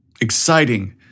exciting